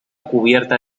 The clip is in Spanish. cubierta